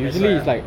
that's why ah